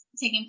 Taking